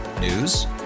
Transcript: News